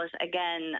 again